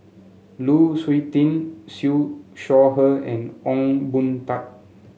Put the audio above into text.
Lu Suitin Siew Shaw Her and Ong Boon Tat